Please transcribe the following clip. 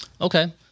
Okay